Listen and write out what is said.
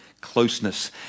closeness